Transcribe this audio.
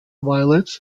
violets